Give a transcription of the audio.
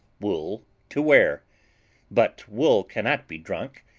wool to wear but wool cannot be drunk,